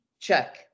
Check